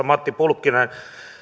matti pulkkinen